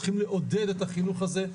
צריכים לעודד את החינוך הזה,